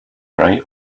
right